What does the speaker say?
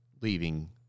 leaving